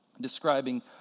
describing